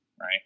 right